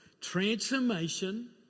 Transformation